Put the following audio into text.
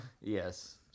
Yes